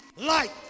light